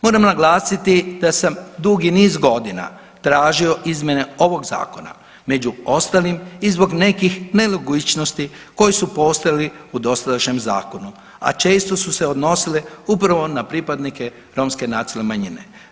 Moram naglasiti da sam dugi niz godina tražio izmjene ovog zakona, među ostalim i zbog nekih nelogičnosti koje su postoji u dosadašnjem zakonu, a često su se odnosile upravo na pripadnike romske nacionalne manjine.